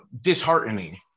disheartening